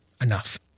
Enough